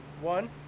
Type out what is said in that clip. one